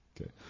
Okay